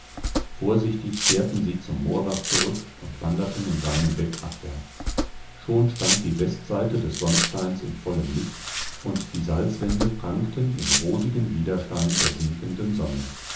vorsichtig kehrten sie zum moorbach zurück und wanderten in seinem bett abwärts schon stand die westseite des sonnsteins in vollem licht und die salzwände prangten im rosigen widerschein der sinkenden sonne